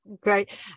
great